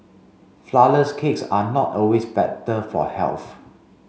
flour less cakes are not always better for health